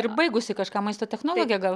ir baigusi kažką maisto technologė gal